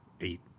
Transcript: eight